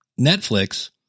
Netflix